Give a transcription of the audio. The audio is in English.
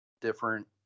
different